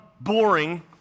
boring